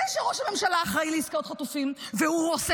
זה שראש הממשלה אחראי לעסקות חטופים והוא עושה